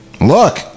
Look